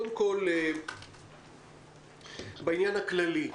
בעניין הכללי,